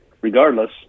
regardless